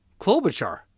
Klobuchar